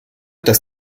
dass